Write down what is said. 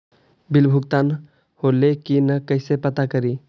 Bill भुगतान होले की न कैसे पता करी?